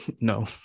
no